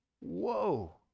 Whoa